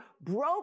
broke